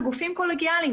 אלו גופים קולגיאליים,